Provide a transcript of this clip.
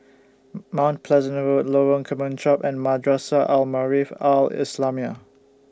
Mount Pleasant Road Lorong Kemunchup and Madrasah Al Maarif Al Islamiah